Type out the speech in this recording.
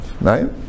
right